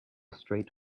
straight